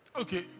Okay